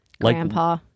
Grandpa